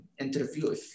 interview